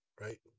right